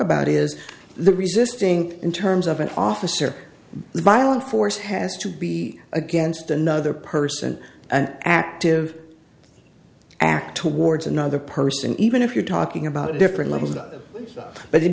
about is the resisting in terms of an officer violent force has to be against another person an active act towards another person even if you're talking about a different level of the but it